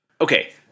okay